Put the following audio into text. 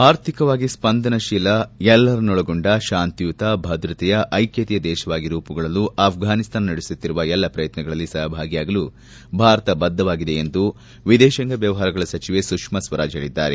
ಆರ್ಥಿಕವಾಗಿ ಸ್ಪಂದನಶೀಲ ಎಲ್ಲರನ್ನೊಳಗೊಂಡ ಶಾಂತಿಯುತ ಭದ್ರತೆಯ ಐಕ್ಯತೆಯ ದೇಶವಾಗಿ ರೂಪುಗೊಳ್ಳಲು ಆಫ್ರಾನಿಸ್ತಾನ ನಡೆಸುತ್ತಿರುವ ಎಲ್ಲಾ ಪ್ರಯತ್ನಗಳಲ್ಲಿ ಸಹಭಾಗಿಯಾಗಲು ಭಾರತ ಬದ್ಧವಾಗಿದೆ ಎಂದು ವಿದೇಶಾಂಗ ವ್ಯವಹಾರಗಳ ಸಚಿವೆ ಸುಷ್ಮಾ ಸ್ವರಾಜ್ ಹೇಳಿದ್ದಾರೆ